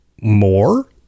more